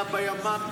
הוא היה בימ"מ.